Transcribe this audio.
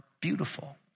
beautiful